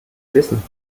wissen